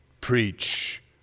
preach